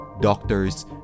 Doctors